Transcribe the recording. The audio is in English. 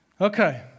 Okay